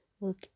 look